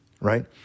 right